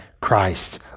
Christ